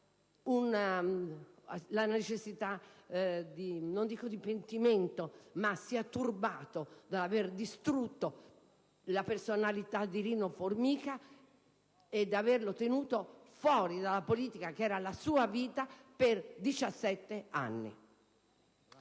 la necessità non dico di pentimento, ma almeno di turbamento per aver distrutto la personalità di Rino Formica e per averlo tenuto fuori dalla politica, che era la sua vita, per 17 anni.